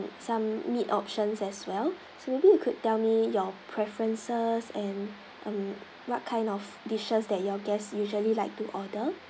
some meat options as well so maybe you could tell me your preferences and what kind of dishes that your guests usually like to order